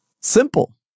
Simple